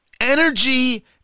energy